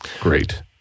great